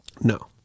no